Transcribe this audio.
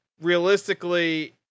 Realistically